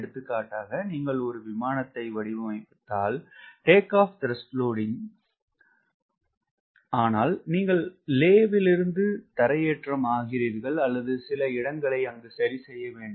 எடுத்துக்காட்டாக நீங்கள் ஒரு விமானத்தை வடிவமைத்தால் ஆனால் நீங்கள் லே விலிருந்து தரையேற்றம் ஆகிறீர்கள் அல்லது சில இடங்களை சரி செய்ய வேண்டும்